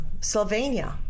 Sylvania